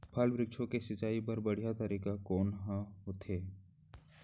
फल, वृक्षों के सिंचाई बर बढ़िया तरीका कोन ह होथे?